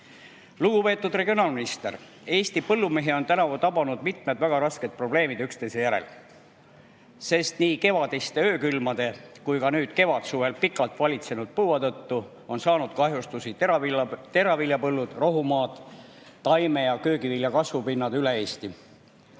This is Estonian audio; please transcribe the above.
Lugupeetud regionaalminister! Eesti põllumehi on tänavu üksteise järel tabanud mitmed väga rasked probleemid, sest nii kevadiste öökülmade kui ka nüüd kevadsuvel pikalt valitsenud põua tõttu on saanud kahjustusi teraviljapõllud, rohumaad, taimede ja köögivilja kasvupinnad üle Eesti.